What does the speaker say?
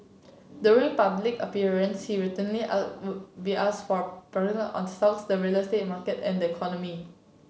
during public appearance he routinely be asked for on stocks the real estate market and the economy